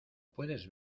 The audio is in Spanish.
puedes